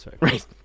Right